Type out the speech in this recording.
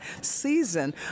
season